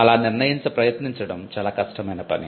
అలా నిర్ణయించ ప్రయత్నించడం చాలా కష్టమైన పని